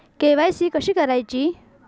KYC कशी करायची?